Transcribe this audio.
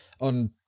on